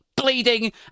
Bleeding